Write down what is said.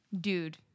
dude